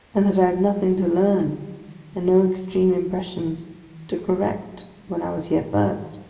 and that i had nothing to learn and no extreme impressions to correct when i was here first.